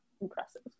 impressive